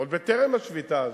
עוד בטרם השביתה הזאת.